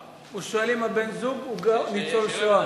הוא שואל אם בן-הזוג הוא גם ניצול שואה.